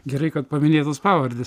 gerai kad paminėtos pavardės